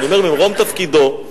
אני אומר ממרום תפקידו,